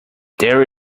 there